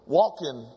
walking